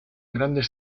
grandes